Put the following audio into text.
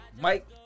Mike